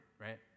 right